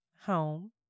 home